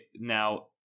now